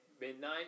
midnight